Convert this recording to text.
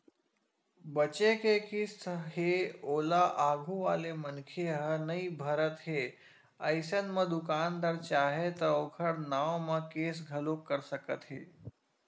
बचें के किस्त हे ओला आघू वाले मनखे ह नइ भरत हे अइसन म दुकानदार चाहय त ओखर नांव म केस घलोक कर सकत हे